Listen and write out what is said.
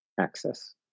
access